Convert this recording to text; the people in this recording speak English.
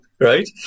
Right